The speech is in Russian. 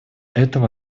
этого